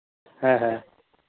ᱦᱮᱸ ᱦᱮᱸ